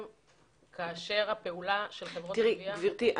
כאשר הפעולה של חברות הגבייה --- גברתי,